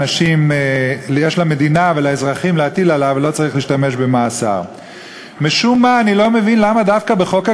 אולם לא נקבעה הסדרה מפורשת של פעילות החברות